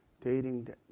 dating